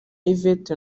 yvette